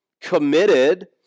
committed